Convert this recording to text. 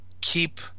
keep